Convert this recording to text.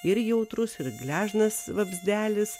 ir jautrus ir gležnas vabzdelis